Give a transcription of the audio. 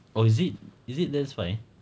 oh is it is it that's why